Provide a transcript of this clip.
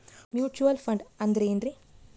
Mutual fund ಅಂದ್ರೆನ್ರಿ?